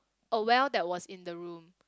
a well that was in the room